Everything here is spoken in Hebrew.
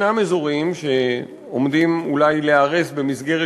ישנם אזורים שעומדים אולי להיהרס במסגרת